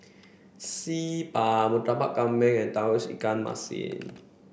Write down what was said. Xi Ban Murtabak Kambing and ikan Masin